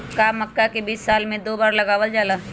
का मक्का के बीज साल में दो बार लगावल जला?